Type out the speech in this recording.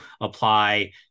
apply